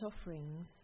offerings